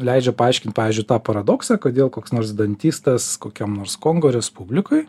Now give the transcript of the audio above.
leidžia paaiškint pavyzdžiui tą paradoksą kodėl koks nors dantistas kokiam nors kongo respublikoj